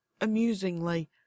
amusingly